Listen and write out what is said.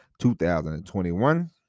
2021